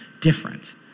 different